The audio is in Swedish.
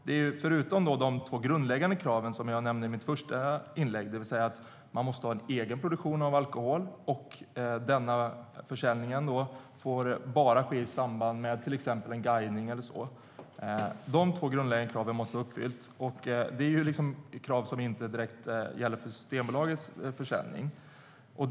De två grundläggande kraven som jag nämnde i mitt första inlägg måste vara uppfyllda, det vill säga att man måste ha en egen produktion av alkohol och att försäljningen bara får ske i samband med till exempel guidning. Det är krav som inte direkt gäller för Systembolagets försäljning.